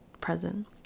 present